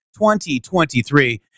2023